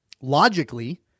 Logically